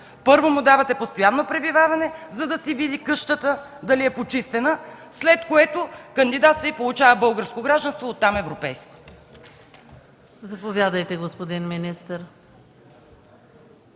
Първо му давате „постоянно пребиваване”, за да си види къщата – дали е почистена, след което кандидатства и получава българско гражданство, оттам – европейско.